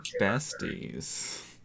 besties